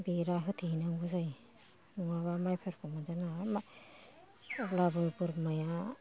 बेरा होथेहैनांगौ जायो नङाबा माइफोरखौ मोनजानाय नङा अब्लाबो बोरमाया